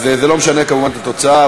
זה לא משנה כמובן את התוצאה,